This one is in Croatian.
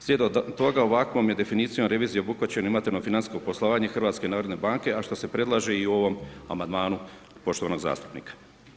Slijedom toga, ovakvom je definicijom revizijom obuhvaćeno imate na financijsko poslovanje HNB, a što se predlaže u ovom amandmanu poštovanog zastupnika.